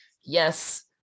yes